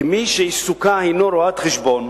כמי שעיסוקה הינו רואת-חשבון